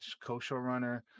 co-showrunner